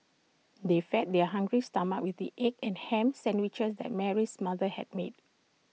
they fed their hungry stomachs with the egg and Ham Sandwiches that Mary's mother had made